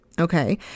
Okay